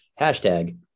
Hashtag